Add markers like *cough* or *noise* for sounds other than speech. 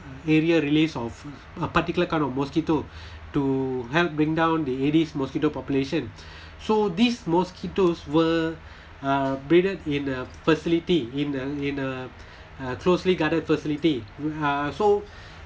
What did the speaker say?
area release of a particular kind of mosquito *breath* to help bring down the aedes mosquito population *breath* so these mosquitoes were uh bred in a facility in a in a a closely guarded facility uh so